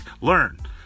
Learn